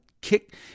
kick